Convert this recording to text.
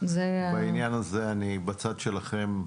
בעניין הזה אני בצד שלכם.